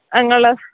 ഞങ്ങൾ